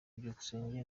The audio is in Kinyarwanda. byukusenge